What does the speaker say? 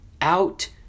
out